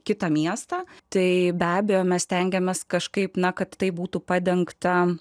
kitą miestą tai be abejo mes stengiamės kažkaip na kad tai būtų padengta